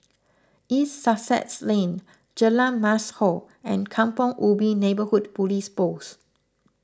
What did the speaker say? East Sussex Lane Jalan Mashhor and Kampong Ubi Neighbourhood Police Post